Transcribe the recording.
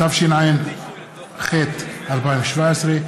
התשע"ח 2017,